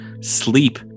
sleep